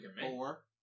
four